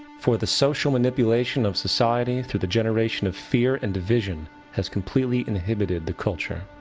for the social manipulation of society through the generation of fear and division has completely inhibited the culture.